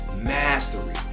mastery